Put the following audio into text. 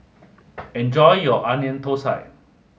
enjoy your Onion Thosai